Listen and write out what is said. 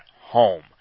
home